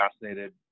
fascinated